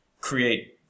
create